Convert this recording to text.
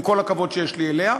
עם כל הכבוד שיש לי אליה,